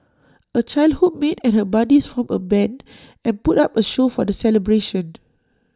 A childhood mate and her buddies formed A Band and put up A show for the celebration